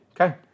Okay